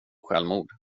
självmord